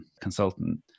consultant